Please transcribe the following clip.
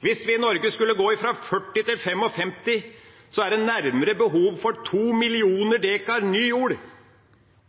Hvis den i Norge skulle gå fra 40 pst. til 55 pst., er det behov for nærmere to millioner dekar ny jord